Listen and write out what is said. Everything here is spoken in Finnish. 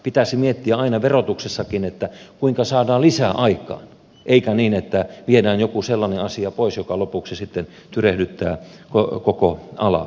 pitäisi miettiä aina verotuksessakin kuinka saadaan lisää aikaan eikä niin että viedään joku sellainen asia pois joka lopuksi sitten tyrehdyttää koko alaa